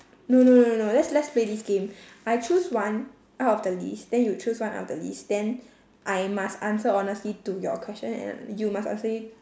no no no no no let's let's play this game I choose one out of the list then you choose one out of the list then I must answer honestly to your question and you must answer me